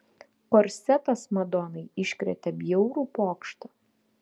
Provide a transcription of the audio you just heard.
korsetas madonai iškrėtė bjaurų pokštą